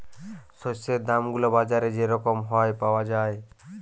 শস্যের দাম গুলা বাজারে যে রকম হ্যয় পাউয়া যায়